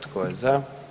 Tko je za?